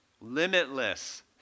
Limitless